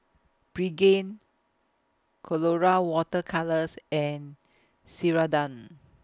Pregain Colora Water Colours and Ceradan